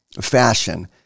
fashion